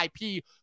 IP